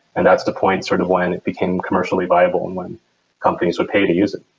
and that's the point sort of when it became commercially viable and when companies would pay to use it.